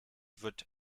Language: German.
wird